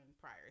prior